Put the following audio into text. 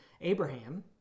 Abraham